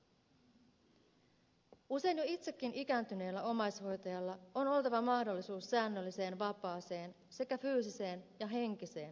usein jo itsekin ikääntyneellä omaishoitajalla on oltava mahdollisuus säännölliseen vapaaseen sekä fyysiseen ja henkiseen palautumiseen